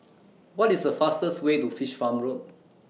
What IS The fastest Way to Fish Farm Road